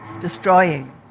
destroying